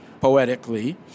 poetically